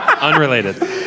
Unrelated